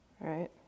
right